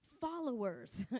Followers